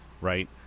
right